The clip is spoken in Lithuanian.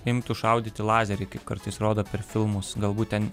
imtų šaudyti lazeriai kaip kartais rodo per filmus galbūt ten